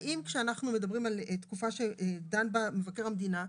האם כשאנחנו מדברים על תקופה שדן בה מבקר המדינה,